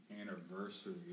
anniversary